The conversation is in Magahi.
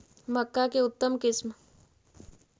मक्का के उतम किस्म?